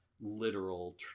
literal